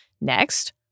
Next